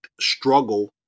struggle